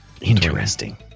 Interesting